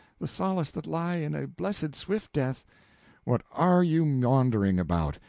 the solace that lie in a blessed swift death what are you maundering about?